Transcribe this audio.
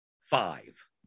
five